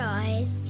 eyes